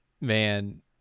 man